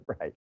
right